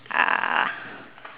uh